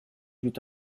huit